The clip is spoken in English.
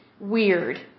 Weird